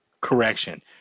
Correction